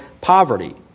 poverty